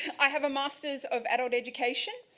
i have a masters of adult education.